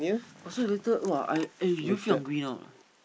also later !wah! I eh do you feel hungry now